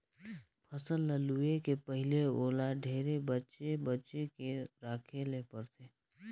फसल ल लूए के पहिले ओला ढेरे बचे बचे के राखे ले परथे